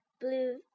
Blue